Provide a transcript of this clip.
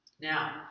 now